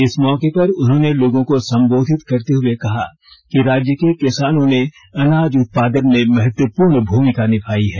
इस मौके पर उन्होंने लोगों को संबोधित करत हुए कहा कि राज्य के किसानों ने आनाज उत्पादन में महत्वपूर्ण भूमिका निभाई है